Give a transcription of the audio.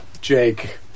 Jake